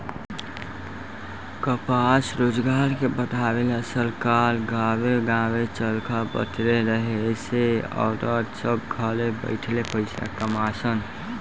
कपास रोजगार के बढ़ावे ला सरकार गांवे गांवे चरखा बटले रहे एसे औरत सभ घरे बैठले पईसा कमा सन